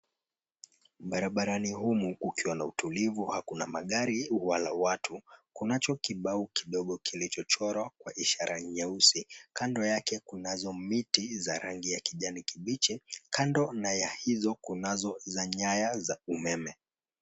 Barabarani humu kukiwa na utulivu hakuna magari wala watu kunacho kibao kidogo kilichochorwa kwa ishara nyeusi. Kando yake kunazo miti za rangi ya kijani kibichi. Kando na ya hizo kunazo za nyaya ya umeme.